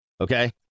Okay